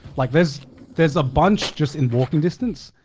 like there's there's a bunch just in walking distance.